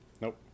Nope